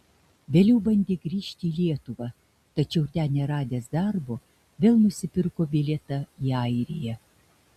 vėliau bandė grįžti į lietuvą tačiau ten neradęs darbo vėl nusipirko bilietą į airiją